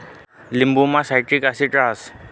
लिंबुमा citric acid रहास